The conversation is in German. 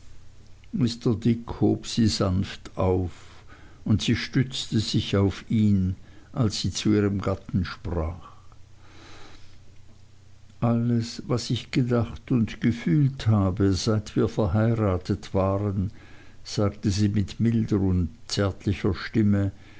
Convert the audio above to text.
hob sie sanft auf und sie stützte sich auf ihn als sie zu ihrem gatten sprach alles was ich gedacht und gefühlt habe seit wir verheiratet waren sagte sie mit milder und zärtlicher stimme